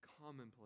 commonplace